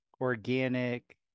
organic